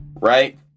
right